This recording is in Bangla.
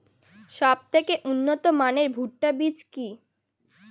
সবথেকে উন্নত মানের ভুট্টা বীজ কি?